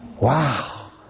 Wow